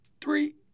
Three